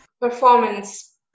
performance